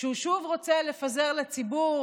שהוא שוב רוצה לפזר לציבור